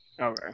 Okay